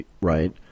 right